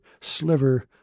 sliver